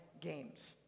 games